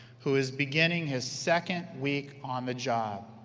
who is beginning his second week on the job!